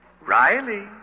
Riley